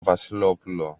βασιλόπουλο